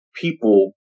people